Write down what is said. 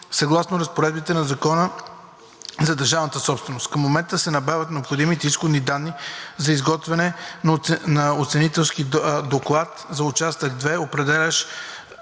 съгласно разпоредбите на Закона за държавната собственост. Към момента се набавят необходимите изходни данни за изготвяне на оценителски доклад за Участък 2, определящ